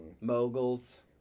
Moguls